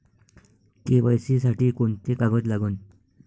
KYC साठी कोंते कागद लागन?